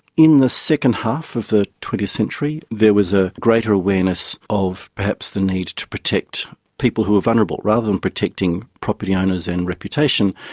in the second half of the twentieth century there was a greater awareness of perhaps the need to protect people who were vulnerable. rather than protecting property owners and reputation,